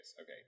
Okay